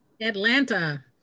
Atlanta